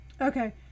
Okay